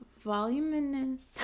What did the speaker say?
voluminous